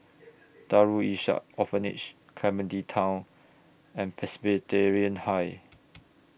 Darul Ihsan Orphanage Clementi Town and Presbyterian High